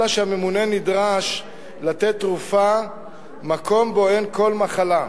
אלא שהממונה נדרש לתת תרופה במקום שבו אין כל מחלה,